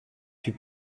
fut